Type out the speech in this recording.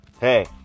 hey